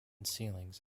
ceilings